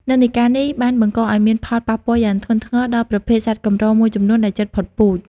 និន្នាការនេះបានបង្កឱ្យមានផលប៉ះពាល់យ៉ាងធ្ងន់ធ្ងរដល់ប្រភេទសត្វកម្រមួយចំនួនដែលជិតផុតពូជ។